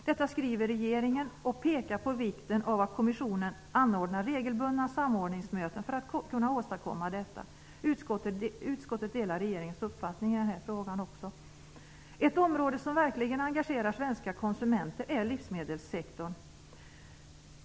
Detta skriver regeringen och pekar på vikten av att kommissionen anordnar regelbundna samordningsmöten för att kunna åstadkomma detta. Utskottet delar regeringens uppfattning också i denna fråga. Ett område som verkligen engagerar svenska konsumenter är livsmedelssektorn.